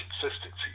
consistency